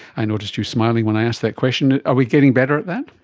i noticed you smiling when i asked that question. are we getting better at that?